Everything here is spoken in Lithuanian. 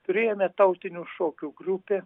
priėmė tautinių šokių grupė